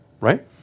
right